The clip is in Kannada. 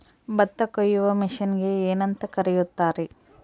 ಭತ್ತ ಕೊಯ್ಯುವ ಮಿಷನ್ನಿಗೆ ಏನಂತ ಕರೆಯುತ್ತಾರೆ?